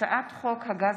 הצעת חוק הגז